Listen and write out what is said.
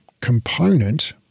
component